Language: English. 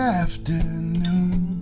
afternoon